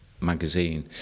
magazine